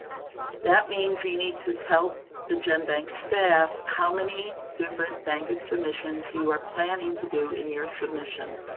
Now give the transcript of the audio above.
that means you need to tell the genbank staff how many different bankit submissions you are planning to do in your submission.